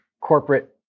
corporate